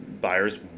buyers